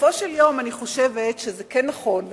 בסופו של יום אני חושבת שזה כן נכון,